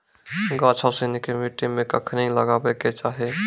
गाछो सिनी के मट्टी मे कखनी लगाबै के चाहि?